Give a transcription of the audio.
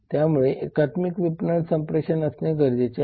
त्यामुळे एकात्मिक विपणन संप्रेषण असणे गरजेचे आहे